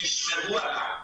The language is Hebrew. שישמרו עליו.